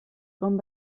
com